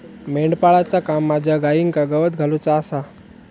मेंढपाळाचा काम माझ्या गाईंका गवत घालुचा आसा